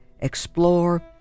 explore